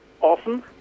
often